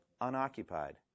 Unoccupied